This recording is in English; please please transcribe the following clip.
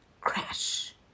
crash